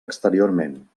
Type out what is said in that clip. exteriorment